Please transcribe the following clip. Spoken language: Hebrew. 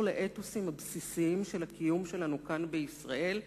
לאתוסים הבסיסיים של הקיום שלנו כאן בישראל.